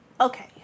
Okay